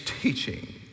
teaching